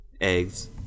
Eggs